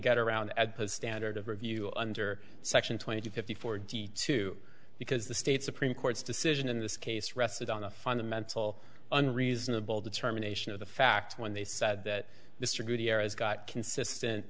get around at the standard of review under section twenty fifty four d two because the state supreme court's decision in this case rested on a fundamental unreasonable determination of the facts when they said that mr gutierrez got consistent